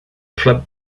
club